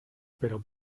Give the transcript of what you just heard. pero